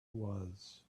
was